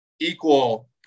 equal